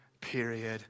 period